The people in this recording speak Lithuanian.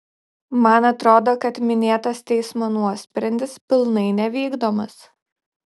man atrodo kad minėtas teismo nuosprendis pilnai nevykdomas